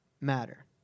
matter